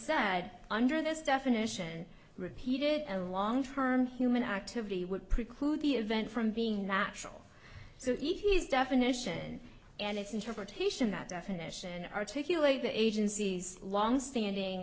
said under this definition repeated a long term human activity would preclude the event from being natural so even his definition and its interpretation that definition articulate the agency's longstanding